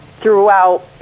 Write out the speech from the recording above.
throughout